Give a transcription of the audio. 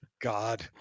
God